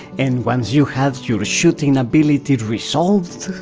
and once you had your shooting ability resolved,